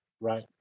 Right